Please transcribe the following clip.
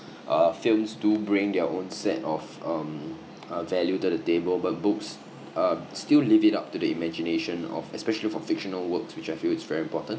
uh films do bring their own set of um uh value to the table but books uh still leave it up to the imagination of especially for fictional works which I feel is very important